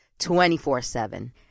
24-7